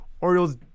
Orioles